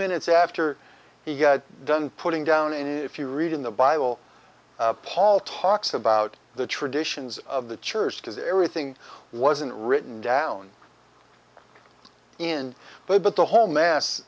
minutes after he got done putting down and if you read in the bible paul talks about the traditions of the church because everything wasn't written down in there but the whole mass